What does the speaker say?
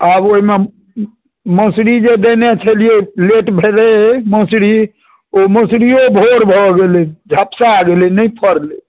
आब ओहिमे मसुरी जे देने छेलियै लेट भेलै मसुरी ओ मसुरियो भोर भऽ गेलै झप्सा गेलै नहि फड़लै